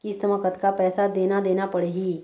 किस्त म कतका पैसा देना देना पड़ही?